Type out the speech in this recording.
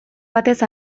batez